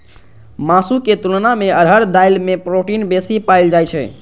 मासुक तुलना मे अरहर दालि मे प्रोटीन बेसी पाएल जाइ छै